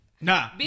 Nah